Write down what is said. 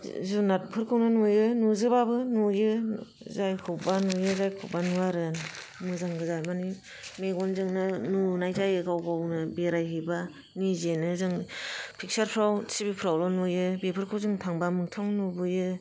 जुनादफोरखौनो नुयो नुजोबाबाबो नुयो जायखौबा नुयो जायखौबा नुवा आरो मोजां गोजा माने मेगनजोंनो नुनाय जायो गाव गावनो बेरायहैबा निजेनो जों फिकसारफ्राव टि भि फ्राव नुयो बेफोरखौ जों थांबा मोखथाङाव नुबोयो